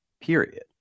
period